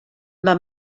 van